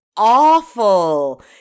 Awful